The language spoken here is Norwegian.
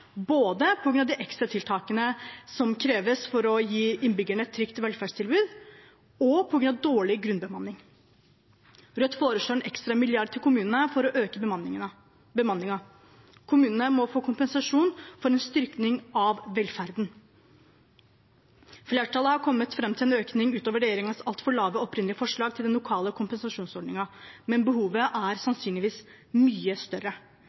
både på grunn av de ekstra tiltakene som kreves for å gi innbyggerne et trygt velferdstilbud, og på grunn av dårlig grunnbemanning. Rødt foreslår en ekstra milliard til kommunene for å øke bemanningen. Kommunene må få kompensasjon for å styrke velferden. Flertallet har kommet fram til en økning utover regjeringens altfor lave opprinnelige forslag til den lokale kompensasjonsordningen, men behovet er sannsynligvis mye større.